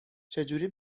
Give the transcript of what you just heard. چجوری